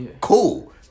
cool